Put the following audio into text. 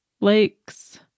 lakes